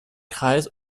kreis